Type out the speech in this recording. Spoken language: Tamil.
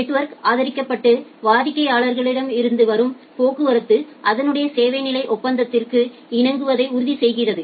நெட்வொர்க்ஆல் ஆதரிக்கப்பட்டு வாடிக்கையாளரிடமிருந்து வரும் போக்குவரத்து அதனுடைய சேவை நிலை ஒப்பந்தத்திற்கு இணங்குவதை உறுதி செய்கிறது